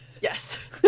Yes